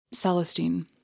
Celestine